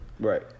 Right